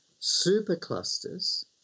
superclusters